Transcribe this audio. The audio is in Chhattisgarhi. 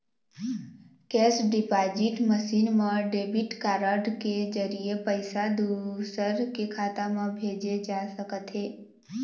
केस डिपाजिट मसीन म डेबिट कारड के जरिए पइसा दूसर के खाता म भेजे जा सकत हे